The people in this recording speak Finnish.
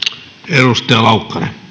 arvoisa herra